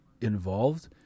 involved